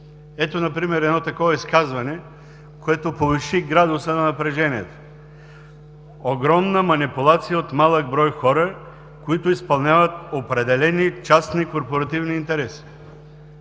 Ето например едно такова изказване, което повиши градуса на напрежението: „Огромна манипулация от малък брой хора, които изпълняват определени частни и корпоративни интереси“.